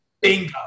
Bingo